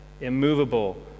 immovable